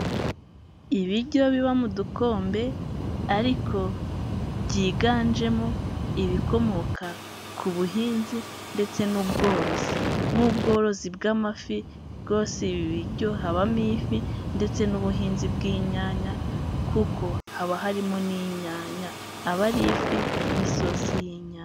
Ibiryo biba mudukombe ariko byiganjemo ibikomoka ku buhinzi ndetse n'ubworozi, nk'ubworozi bw'amafi bwose ibi biryo habamo ifi ndetse n'ubuhinzi bw'inyanya kuko haba harimo n'inyanya abari ifi n'isosi y'inyana.